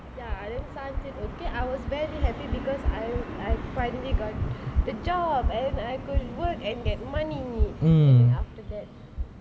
ya and then sun say okay I was very happy because I finally got the job and I could work and get money and then after that